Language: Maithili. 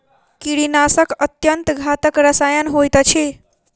कीड़ीनाशक अत्यन्त घातक रसायन होइत अछि